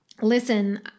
listen